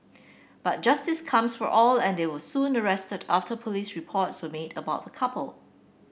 but justice comes for all and they were soon arrested after police reports were made about couple